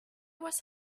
was